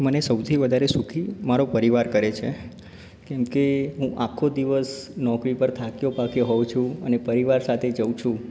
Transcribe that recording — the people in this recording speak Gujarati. મને સહુથી વધારે સુખી મારો પરિવાર કરે છે કેમ કે હું આખો દિવસ નોકરી પર થાક્યો પાક્યો હોઉં છું અને પરિવાર સાથે જાઉં છું